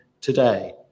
today